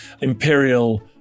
imperial